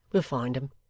we'll find them.